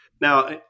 Now